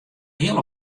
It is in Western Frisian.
heal